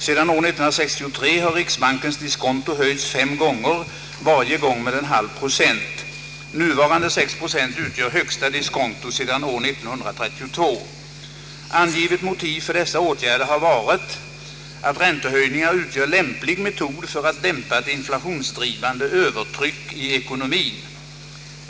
Sedan år 1963 har riksbankens diskonto höjts fem gånger, varje gång med en halv procent. Nuvarande sex procent utgör högsta diskonto sedan år 1932. varit att räntehöjningar utgör lämplig metod för att dämpa ett inflationsdrivande övertryck i ekonomien.